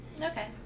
okay